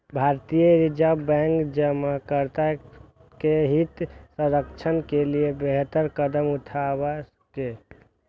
भारतीय Reserve Bank जमाकर्ता के हित संरक्षण के लिए बेहतर कदम उठेलकै